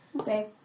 Okay